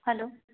hello